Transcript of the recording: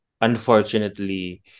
unfortunately